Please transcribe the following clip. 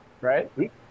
Right